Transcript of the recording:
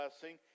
blessing